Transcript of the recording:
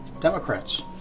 Democrats